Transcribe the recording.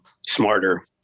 smarter